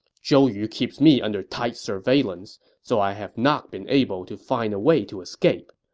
zhou yu keeps me under tight surveillance, so i have not been able to find a way to escape.